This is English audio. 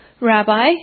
Rabbi